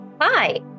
Hi